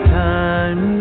time